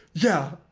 yeah.